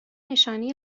نشانی